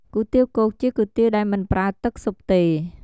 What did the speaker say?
គុយទាវគោក ជាគុយទាវដែលមិនប្រើទឹកស៊ុបទេ។